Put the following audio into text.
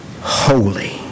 holy